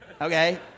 okay